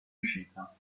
uscita